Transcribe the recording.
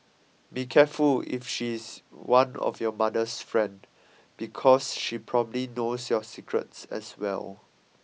be careful if she's one of your mother's friend because she probably knows your secrets as well